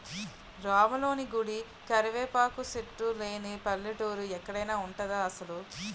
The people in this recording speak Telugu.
రాములోని గుడి, కరివేపాకు సెట్టు లేని పల్లెటూరు ఎక్కడైన ఉంటదా అసలు?